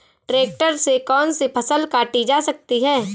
Tractor से कौन सी फसल काटी जा सकती हैं?